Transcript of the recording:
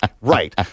Right